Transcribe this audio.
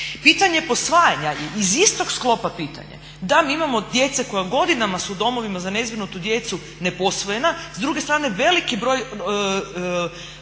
Pitanje posvajanja iz istog sklopa pitanja, da mi imamo djece koja godinama su u domovina za nezbrinutu djecu ne posvojena, s druge strane veliki broj